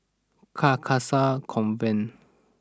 Carcasa Convent